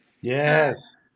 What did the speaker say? Yes